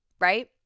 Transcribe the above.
right